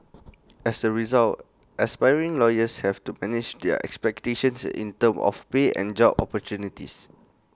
as A result aspiring lawyers have to manage their expectations in terms of pay and job opportunities